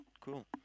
Cool